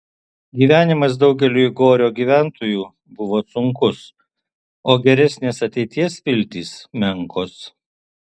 gyvenimas daugeliui gorio gyventojų buvo sunkus o geresnės ateities viltys menkos